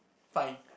fine